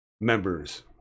members